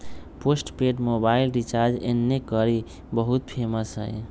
postpaid mobile recharge एन्ने कारि बहुते फेमस हई